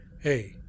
Hey